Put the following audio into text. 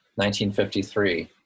1953